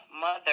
mother